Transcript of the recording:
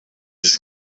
ist